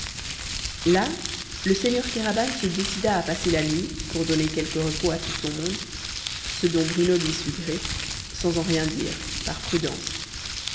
là le seigneur kéraban se décida à passer la nuit pour donner quelque repos à tout son monde ce dont bruno lui sut gré sans en rien dire par prudence